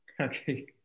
Okay